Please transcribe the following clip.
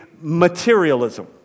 materialism